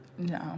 No